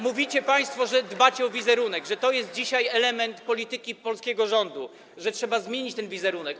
Mówicie państwo, że dbacie o wizerunek, że to jest dzisiaj element polityki polskiego rządu, że trzeba zmienić ten wizerunek.